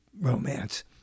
romance